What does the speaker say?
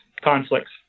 conflicts